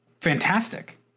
fantastic